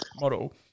model